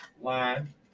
line